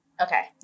Okay